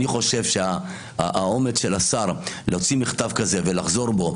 אני חושב שהאומץ של השר להוציא מכתב כזה ולחזור בו,